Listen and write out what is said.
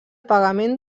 pagament